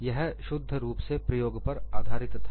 और यह शुद्ध रूप से प्रयोग पर आधारित था